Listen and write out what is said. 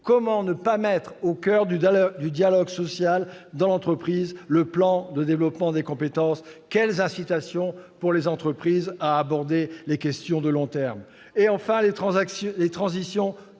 Comment ne pas mettre au coeur du dialogue social dans l'entreprise le plan de développement des compétences ? Quelles incitations pour les entreprises à aborder les questions de long terme ? Enfin, la troisième